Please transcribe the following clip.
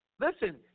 Listen